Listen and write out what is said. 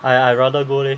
I I rather go leh